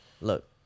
Look